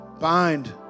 Bind